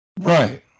right